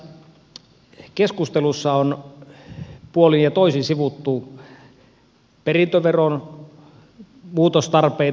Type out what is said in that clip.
tässä keskustelussa on puolin ja toisin sivuttu perintöveron muutostarpeita